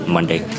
Monday